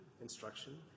instruction